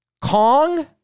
Kong